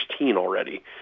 already